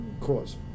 cause